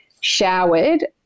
showered